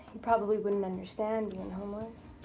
probably wouldn't understand, being homeless.